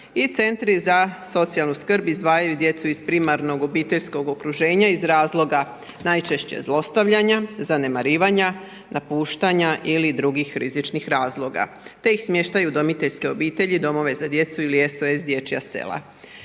i centri za socijalnu skrb izdvajaju djecu iz primarnog obiteljskog okruženja iz razloga najčešće zlostavljanja, zanemarivanja, napuštanja ili drugih rizičnih razloga te ih smještaju u udomiteljske obitelji, domove za djecu ili SOS dječja sela.